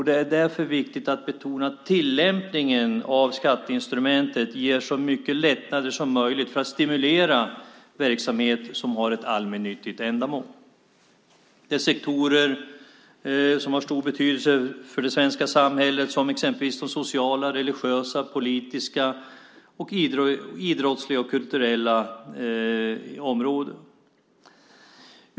Det är därför viktigt att betona att tillämpningen av skatteinstrumentet ska ge så mycket lättnader som möjligt för att stimulera verksamheter som har ett allmännyttigt ändamål. Det är sektorer som har stor betydelse för det svenska samhället, exempelvis på sociala, religiösa, politiska, idrottsliga och kulturella områden.